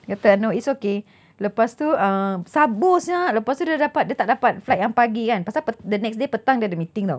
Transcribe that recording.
dia kata no it's okay lepas tu uh sabo sia lepas tu dia dapat dia tak dapat flight yang pagi kan pasal the next day petang dia ada meeting [tau]